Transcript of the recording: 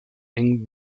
engen